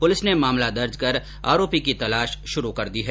police ने मामला दर्ज कर आरोपी की तलाश शुरु कर दी है